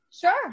Sure